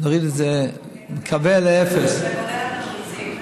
נוריד את זה, אני מקווה, לאפס,